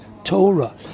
Torah